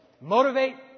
motivate